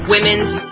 Women's